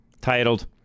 titled